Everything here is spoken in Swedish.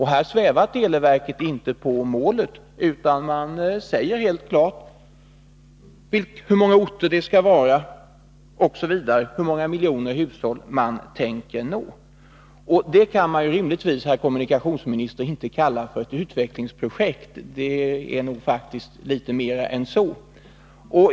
Här svävar televerket inte på målet, utan säger helt klart hur många orter som skall beröras och hur många hushåll man tänker nå. Detta kan man rimligtvis, herr kommunikationsminister, inte kalla ett utvecklingsprojekt. Det är nog faktiskt fråga om litet mera än så.